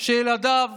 שילדיו